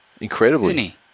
Incredibly